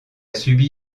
subi